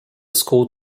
school